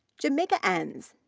jamaica ensz.